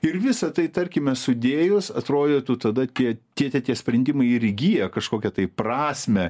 ir visą tai tarkime sudėjus atrodytų tada tie tie tie tie sprendimai ir įgyja kažkokią tai prasmę